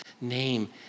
name